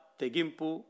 tegimpu